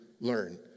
learn